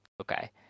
okay